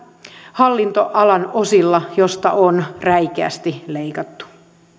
hallintoalan osilla joista on räikeästi leikattu